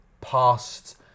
past